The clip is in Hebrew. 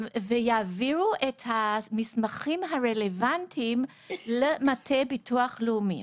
של המטופלים ויעבירו את המסמכים הרלוונטיים למטה ביטוח לאומי.